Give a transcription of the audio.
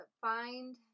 find